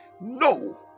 No